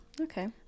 okay